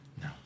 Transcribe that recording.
no